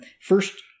first